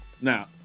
Now